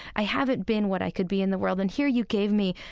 i haven't been what i could be in the world and here you gave me,